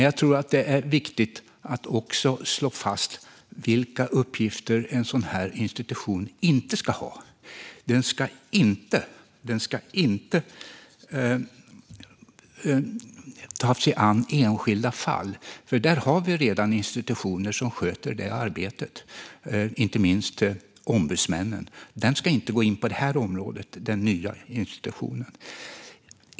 Jag tror dock att det också är viktigt att slå fast vilka uppgifter ett sådant här institut inte ska ha. Det ska inte ta sig an enskilda fall. Vi har redan institutioner som sköter det arbetet, inte minst ombudsmännen. Det nya institutet ska inte gå in på det området.